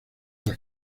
las